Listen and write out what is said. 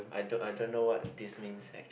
I don't I don't know what this means actually